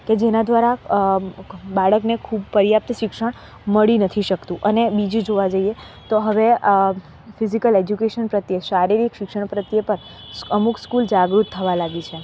કે જેના દ્વારા બાળકને ખૂબ પર્યાપ્ત શિક્ષણ મળી નથી શકતું અને બીજું જોવા જઈએ તો હવે ફિઝિકલ એજ્યુકેશન પ્રત્યે શારીરિક શિક્ષણ પ્રત્યે પણ અમુક સ્કૂલ જાગૃત થવા લાગી છે